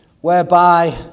whereby